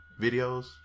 videos